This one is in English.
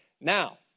Now